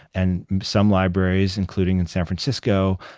and some libraries, including in san francisco,